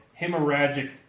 hemorrhagic